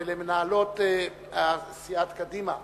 ולמנהלות סיעת קדימה: